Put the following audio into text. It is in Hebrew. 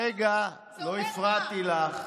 רגע, לא הפרעתי לך.